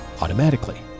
automatically